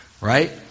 Right